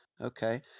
Okay